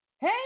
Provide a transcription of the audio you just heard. Hey